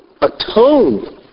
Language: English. Atone